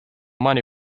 money